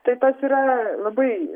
tai tas yra labai